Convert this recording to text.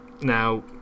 now